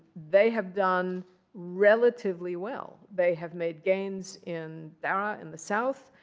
they have done relatively well. they have made gains in deraa, in the south.